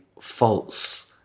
false